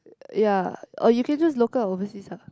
ya or you can choose local or overseas ah